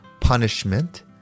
punishment